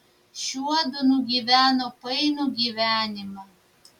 šiuodu nugyveno painų gyvenimą